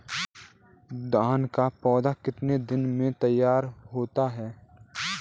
धान का पौधा कितने दिनों में तैयार होता है?